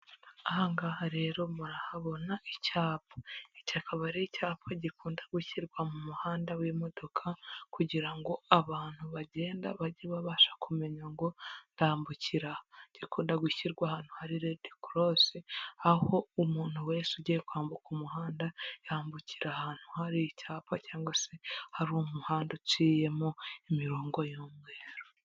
Aha ngaha rero murahabona icyapa, iki akaba ari cyapa gikunda gushyirwa mu muhanda w'imodoka kugira ngo abantu bagenda bajye babasha kumenya ngo ndambukira aha, gikunda gushyirwa ahantu hari redi korose aho umuntu wese ugiye kwambuka umuhanda yambukira ahantu hari icyapa cyangwa se hari umuhanda uciyemo imirongo y'umweru.